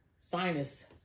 sinus